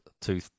two